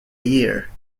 year